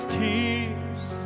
tears